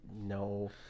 no